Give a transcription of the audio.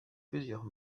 plusieurs